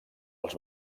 els